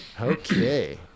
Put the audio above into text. Okay